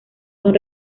son